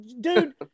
Dude